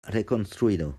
reconstruido